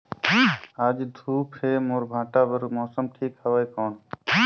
आज धूप हे मोर भांटा बार मौसम ठीक हवय कौन?